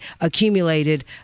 accumulated